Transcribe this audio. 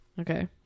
Okay